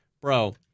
Bro